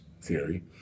theory